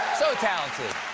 so talented.